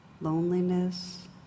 Loneliness